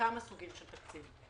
כמה סוגים של תקציב.